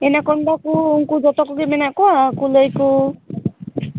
ᱮᱱᱟ ᱠᱚᱱᱰᱟ ᱠᱚ ᱩᱱᱠᱩ ᱡᱚᱛᱚ ᱠᱚᱜᱮ ᱢᱮᱱᱟᱜ ᱠᱚᱣᱟ ᱠᱩᱞᱟᱹᱭ ᱠᱚ